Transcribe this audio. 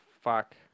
fuck